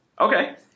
Okay